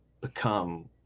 become